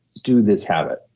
do this habit.